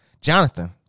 Jonathan